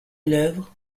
l’œuvre